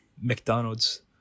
McDonald's